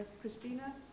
christina